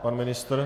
Pan ministr?